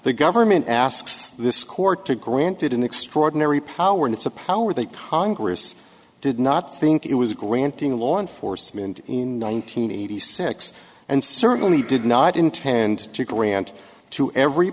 the government asks this court to granted an extraordinary power and it's a power that congress did not think it was granting law enforcement in one thousand nine hundred eighty six and certainly did not intend to grant to every